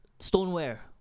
Stoneware